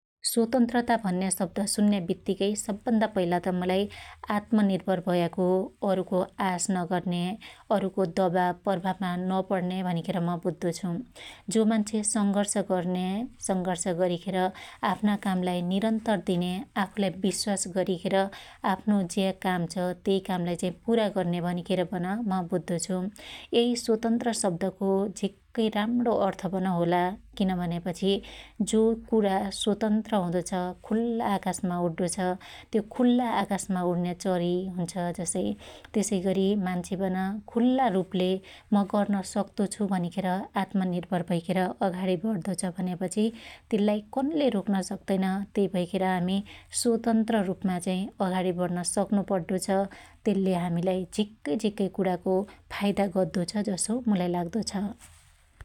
स्वतन्त्रता भन्या शब्द सुन्या बित्त्तीकै सब भन्दा पहिला त मुलाई आत्मनिर्भर भयाको ,अरुको आश नगर्न्या अरुको दबाब प्रभावमा नपण्न्या भनिखेर म बुद्दो छु । जो मान्छे संघर्ष गर्नया संघर्ष गरीखेर आफना कामलाई निरन्तर दिन्या आफुलाई बिश्वास गरीखेर आफ्नो ज्या काम छ त्यई कामलाई चाइ पुरा गर्न्या भनिखेर पन म बुद्दछु । यै सोतन्त्र शब्दको झिक्कै राम्णो अर्थ पन होला किन भन्यापछी जो कुणा स्वतन्त्र हुदो छ खुल्ला आकासमा उड्डो छ त्यो खुल्ला आकाशमा उड्न्या चरी हुन्छ जसै त्यसैगरी मान्छे पन खुल्ला रुपले म गर्न सक्तो छु भनिखेर आत्मनिर्भर भैखेर अघाणी बढ्दछ भन्यापछि त्यन्लाई कन्लेइ रोक्न सक्तैन तैभैखेर हामि स्वतन्त्र रुपमा चाइ अघाणी बढ्न सक्नु पड्डो छ । तेल्ले हामिलाई झिक्कै झिक्कै कुणाको फाईदा गद्दो छ जसो मुलाई लाग्दो छ ।